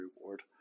reward